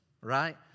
right